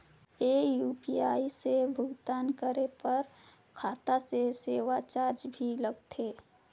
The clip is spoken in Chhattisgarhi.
ये यू.पी.आई से भुगतान करे पर खाता से सेवा चार्ज भी लगथे?